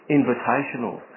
invitational